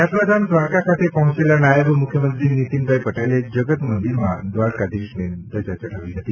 યાત્રાધામ દ્વારકા ખાતે પહોંચેલા નાયબ મુખ્યમંત્રી નીતિનભાઈ પટેલે જગત મંદિરમાં દ્વારકાધીશને ધ્વજા ચઢાવી હતી